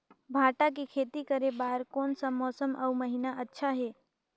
भांटा के खेती करे बार कोन सा मौसम अउ महीना अच्छा हे?